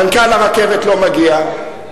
מנכ"ל הרכבת לא מגיע,